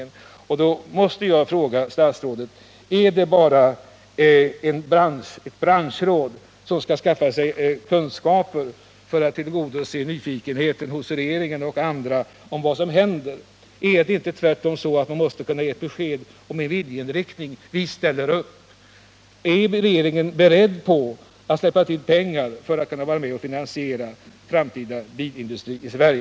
Med hänvisning till det anförda vill jag fråga statsrådet: Är det bara ett branschråd, som skall skaffa sig kunskaper för att tillgodose nyfikenheten hos regeringen och andra om vad som händer, som behövs? Är det inte tvärtom så att man måste kunna ge besked om en viljeinriktning: Vi ställer upp! Är regeringen beredd att släppa till pengar för att kunna vara med och finansiera framtida bilindustri i Sverige?